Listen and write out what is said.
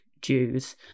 Jews